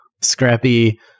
scrappy